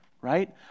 right